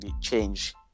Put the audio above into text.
change